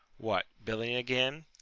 what, billing again?